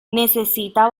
necesita